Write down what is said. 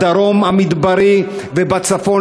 בדרום המדברי ובצפון,